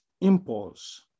impulse